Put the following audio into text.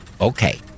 Okay